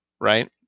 right